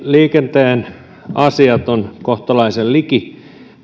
liikenteen asiat ovat kohtalaisen liki